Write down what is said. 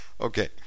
Okay